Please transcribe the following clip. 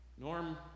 Norm